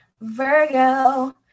Virgo